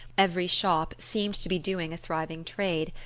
every shop seemed to be doing a thriving trade,